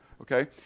okay